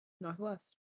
Northwest